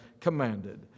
commanded